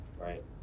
right